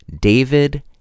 David